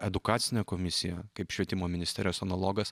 edukacinė komisija kaip švietimo ministerijos analogas